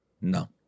No